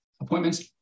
appointments